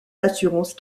d’assurance